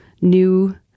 new